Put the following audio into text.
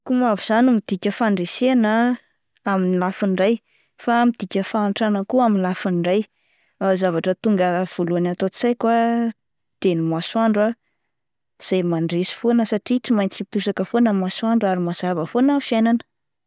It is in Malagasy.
Loko mavo izany midika fandresena amin'ny lafiny iray fa midika fahantrana koa amin'ny lafiny iray, zavatra tonga voaloha ato an-tsaiko ah de ny masoandro ah izay mandresy foana satria tsy maintsy iposaka foana ny masoandro ary mazava foana ny fiainana.